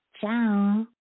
Ciao